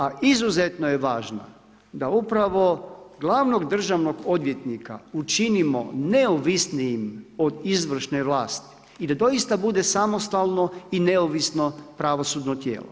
A izuzetno je važno da upravo glavnog državnog odvjetnika učinimo neovisnijim od izvršne vlasti i da doista bude samostalno i neovisno pravosudno tijelo.